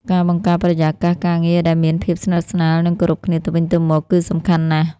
ការបង្កើតបរិយាកាសការងារដែលមានភាពស្និទ្ធស្នាល និងគោរពគ្នាទៅវិញទៅមកគឺសំខាន់ណាស់។